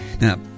Now